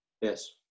Yes